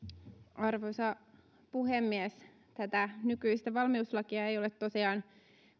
arvoisa puhemies tätä nykyistä valmiuslakia ei ole tosiaan